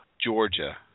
Georgia